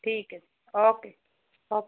ਠੀਕ ਹੈ okay okay